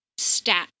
stats